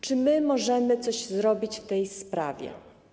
Czy my możemy coś zrobić w tej sprawie?